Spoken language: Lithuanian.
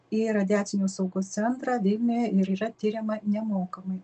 į radiacinės saugos centrą vilniuje ir yra tiriama nemokamai